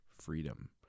freedom